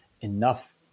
enough